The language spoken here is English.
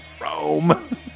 Rome